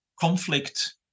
conflict